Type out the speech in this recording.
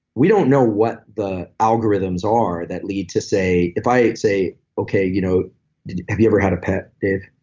we don't know what the algorithms are that lead to, say, if i say, okay. you know have you ever had a pet, dave?